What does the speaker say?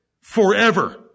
forever